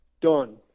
done